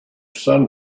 san